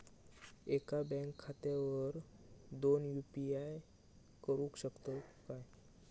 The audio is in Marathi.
एका बँक खात्यावर दोन यू.पी.आय करुक शकतय काय?